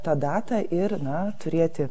tą datą ir na turėti